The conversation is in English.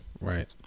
right